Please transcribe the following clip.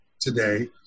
today